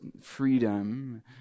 freedom